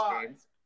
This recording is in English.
games